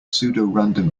pseudorandom